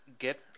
Get